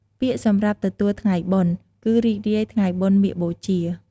ពាក្យសម្រាប់ទទួលថ្ងៃបុណ្យ គឺ រីករាយថ្ងៃបុណ្យមាឃបូជា។